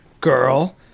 girl